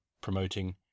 promoting